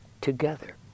together